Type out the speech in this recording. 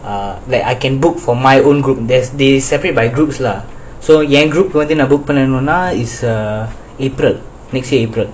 uh like I can book for my own group there's this separate by group lah so என்:en group வந்து:vanthu book பன்னனும்ன:pannanumna is err april next year april